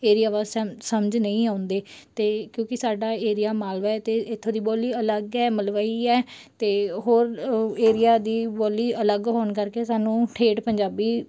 area wise ਸਮ ਸਮਝ ਨਹੀਂ ਆਉਂਦੇ ਅਤੇ ਕਿਉਂਕਿ ਸਾਡਾ ਏਰੀਆ ਮਾਲਵਾ ਹੈ ਅਤੇ ਇੱਥੋਂ ਦੀ ਬੋਲੀ ਅਲੱਗ ਹੈ ਮਲਵਈ ਹੈ ਅਤੇ ਹੋਰ ਏਰੀਆ ਦੀ ਬੋਲੀ ਅਲੱਗ ਹੋਣ ਕਰਕੇ ਸਾਨੂੰ ਠੇਠ ਪੰਜਾਬੀ